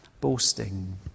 boasting